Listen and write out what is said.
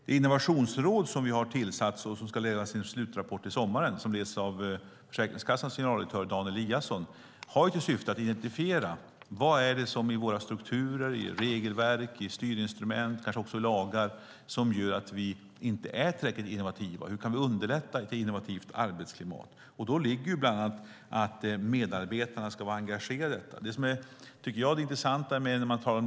Det innovationsråd som vi har tillsatt, som leds av Försäkringskassans generaldirektör Dan Eliasson och ska lämna sin slutrapport till sommaren, har till uppgift att identifiera vad det är i våra strukturer, regelverk, styrinstrument och lagar som gör att vi inte är tillräckligt innovativa och hur vi kan underlätta ett innovativt arbetsklimat. I det ligger bland annat att medarbetarna ska vara engagerade i detta.